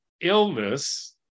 illness